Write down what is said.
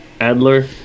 Adler